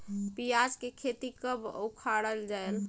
पियाज के खेती कब अउ उखाड़ा जायेल?